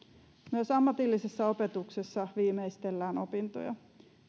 myös ammatillisessa opetuksessa viimeistellään opintoja